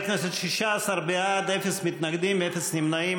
חברי הכנסת, 16 בעד, אפס מתנגדים, אפס נמנעים.